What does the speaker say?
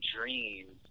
dreams